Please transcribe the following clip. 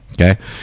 Okay